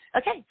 okay